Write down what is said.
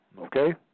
Okay